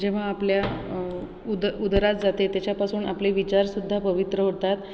जेव्हा आपल्या उद उदरात जाते त्याच्यापासून आपले विचारसुद्धा पवित्र होतात